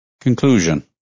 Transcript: Conclusion